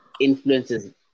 influences